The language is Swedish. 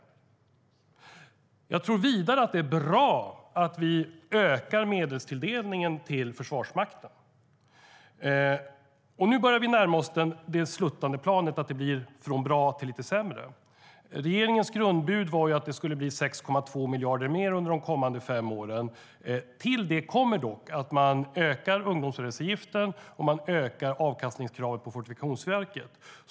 Vidare tycker jag att det är bra att medelstilldelningen till Försvarsmakten ökar. Nu börjar vi dock närma oss det sluttande planet där det går från bra till lite sämre. Regeringens grundbud var ju att det skulle bli 6,2 miljarder mer under de kommande fem åren. Samtidigt ökar man ungdomsarbetsgivaravgiften och avkastningskravet på Fortifikationsverket.